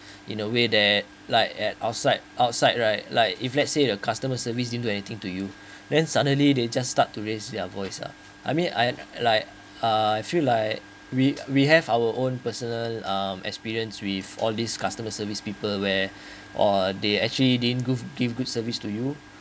in a way that like at outside outside right like if let's say the customer service didn't do anything to you then suddenly they just start to raise their voice uh I mean I like I feel like we we have our own personal experience um with all this customer service people where uh they actually didn't give give good service to you